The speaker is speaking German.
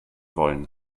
wollen